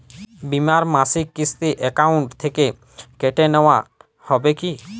বিমার মাসিক কিস্তি অ্যাকাউন্ট থেকে কেটে নেওয়া হবে কি?